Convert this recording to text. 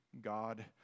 God